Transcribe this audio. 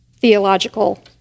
theological